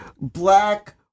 black